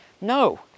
No